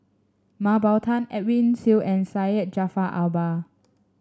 Mah Bow Tan Edwin Siew and Syed Jaafar Albar